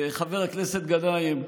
חבר הכנסת גנאים,